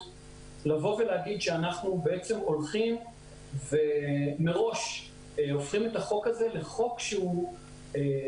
להגיד שאנחנו מראש הופכים את החוק הזה לחוק שפונה